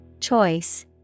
Choice